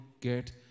get